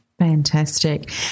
Fantastic